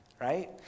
right